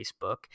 Facebook